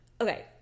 Okay